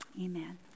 amen